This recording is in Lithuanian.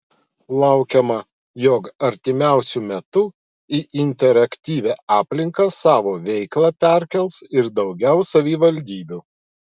laukiama jog artimiausiu metu į interaktyvią aplinką savo veiklą perkels ir daugiau savivaldybių